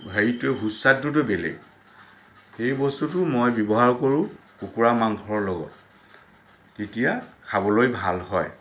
হেৰিটোৱে সুস্বাদুটোৱে বেলেগ সেই বস্তুটো মই ব্যৱহাৰ কৰোঁ কুকুৰা মাংসৰ লগত তেতিয়া খাবলৈ ভাল হয়